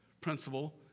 principle